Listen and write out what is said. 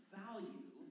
value